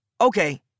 Okay